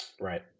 Right